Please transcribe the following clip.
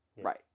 right